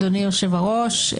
אדוני היושב-ראש,